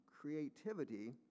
creativity